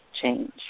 change